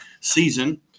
season